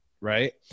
right